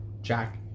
Jack